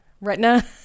retina